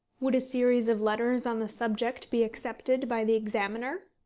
would a series of letters on the subject be accepted by the examiner?